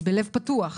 בלב פתוח,